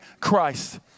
Christ